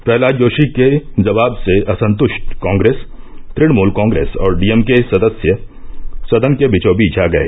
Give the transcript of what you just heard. प्रह्लाद जोशी के जवाब से असंतृष्ट कांग्रेस तृणमूल कांग्रेस और डीएमके सदस्य सदन के बीचोंबीच आ गए